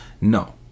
no